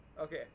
okay